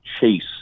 chase